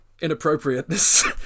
inappropriateness